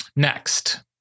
Next